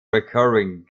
recurring